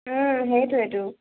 ওম সেইটোৱেতো